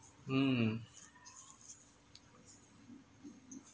mm